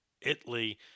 Italy